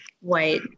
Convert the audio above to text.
white